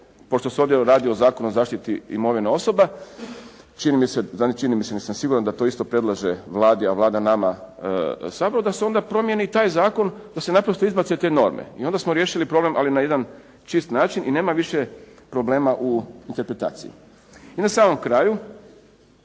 pošto se ovdje radi o Zakonu o zaštiti imovine osoba, čini mi se, ne čini mi se nego sam siguran da to isto predlaže Vladi, a Vlada nama Saboru, da se onda promijeni taj zakon da se naprosto izbace te norme i onda smo riješili problem ali na jedan čisti način i nema više problema u interpretaciji. I na samom kraju